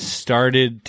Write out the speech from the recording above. started